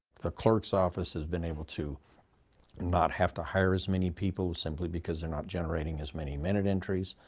the clerk's office has been able to not have to hire as many people, simply because they're not generating as many minute entries.